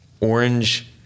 orange